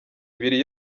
ibiri